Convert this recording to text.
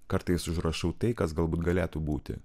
kartais užrašau tai kas galbūt galėtų būti